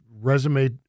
resume